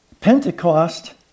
Pentecost